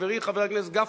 חברי חבר הכנסת גפני,